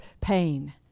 pain